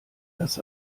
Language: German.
das